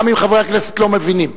גם אם חברי כנסת לא מבינים.